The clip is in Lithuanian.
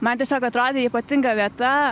man tiesiog atrodė ypatinga vieta